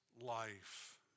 life